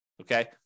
okay